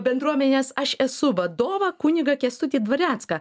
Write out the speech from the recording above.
bendruomenės aš esu vadovą kunigą kęstutį dvarecką